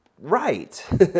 right